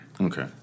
Okay